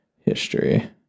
History